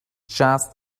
just